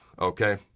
okay